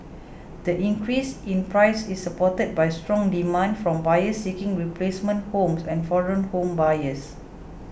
the increase in price is supported by strong demand from buyers seeking replacement homes and foreign home buyers